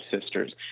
sisters